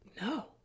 no